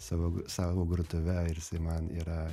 savo savo grotuve ir jisai man yra